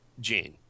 gene